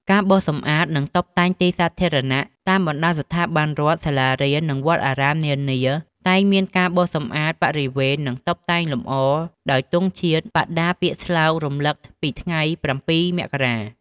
ការបោសសម្អាត និងតុបតែងទីសាធារណៈ តាមបណ្ដាស្ថាប័នរដ្ឋ សាលារៀន និងវត្តអារាមនានា តែងមានការបោសសម្អាតបរិវេណ និងតុបតែងលម្អដោយទង់ជាតិ បដាពាក្យស្លោករំឭកពីថ្ងៃ៧ មករា។